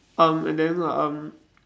um and then um